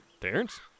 Terrence